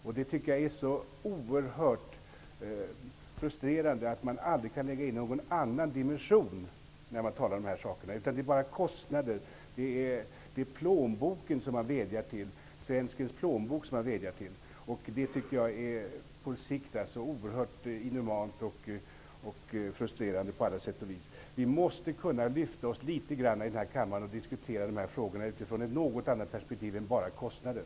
Jag tycker att det är oerhört frustrerande att man aldrig kan lägga in någon annan dimension när man talar om de här sakerna. Det är svenskens plånbok man vädjar till. Det tycker jag på sikt är oerhört inhumant och frustrerande på alla sätt och vis. Vi måste här i kammaren kunna lyfta oss litet grand och diskutera de här frågorna utifrån ett något annat perspektiv än bara kostnader.